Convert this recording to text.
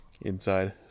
inside